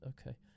Okay